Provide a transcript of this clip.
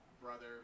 brother